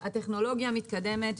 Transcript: שהטכנולוגיה מתקדמת.